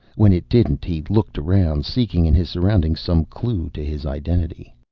when it didn't, he looked around, seeking in his surroundings some clue to his identity.